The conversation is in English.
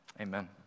Amen